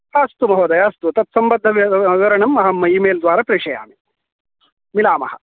अस्तु महोदय अस्तु अहं तत्सम्बद्धं वि विवरणं अहं इ मेल् द्वारा प्रेषयामि मिलामः